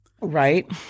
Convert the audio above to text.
Right